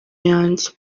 yanjye